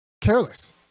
careless